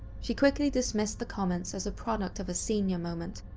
she quickly dismissed the comments as a product of a senior moment,